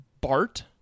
Bart